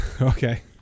Okay